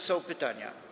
Są pytania.